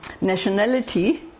nationality